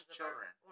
children